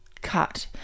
cut